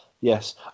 Yes